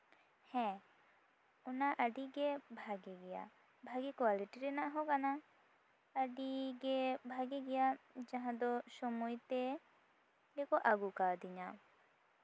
ᱦᱮᱸ ᱚᱱᱟ ᱟᱹᱰᱤᱜᱮ ᱵᱷᱟᱜᱮ ᱜᱮᱭᱟ ᱵᱷᱟᱜᱮ ᱠᱳᱣᱟᱞᱤᱴᱤ ᱨᱮᱱᱟᱜ ᱦᱚᱸ ᱠᱟᱱᱟ ᱟᱹᱰᱤᱜᱮ ᱵᱷᱟᱜᱮ ᱜᱮᱭᱟ ᱡᱟᱦᱟᱸ ᱫᱚ ᱥᱚᱢᱚᱭ ᱛᱮ ᱜᱮᱠᱚ ᱟᱹᱜᱩ ᱠᱟᱣ ᱫᱤᱧᱟ